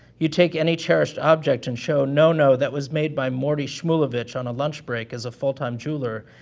you take any cherished object and show, no, no, that was made by morty shmulevitch on a lunch break as a full-time jeweller,